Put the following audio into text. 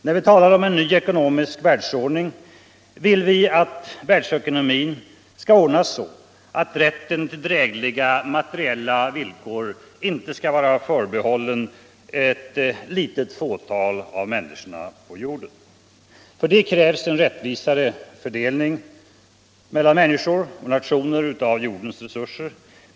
När vi talar om en ny ekonomisk världsordning vill vi att världsekonomin skall ordnas så, att rätten till drägliga materiella villkor inte skall vara förbehållen ett fåtal människor på jorden. För dewa krävs en rättvisare fördelning av jordens resurser mellan människor och nationer.